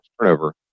turnover